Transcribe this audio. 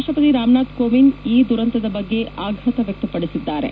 ರಾಷ್ಷಪತಿ ರಾಮನಾಥ ಕೋವಿಂದ್ ಈ ದುರಂತದ ಬಗ್ಗೆ ಆಘಾತ ವ್ಯಕ್ತಪಡಿಸಿದ್ದಾರೆ